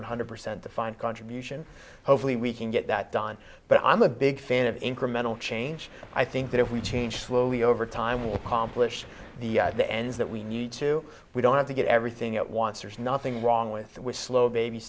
one hundred percent defined contribution hopefully we can get that done but i'm a big fan of incremental change i think that if we change slowly over time we'll complicate the the end that we need to we don't have to get everything it wants there's nothing wrong with slow baby